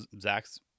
zach's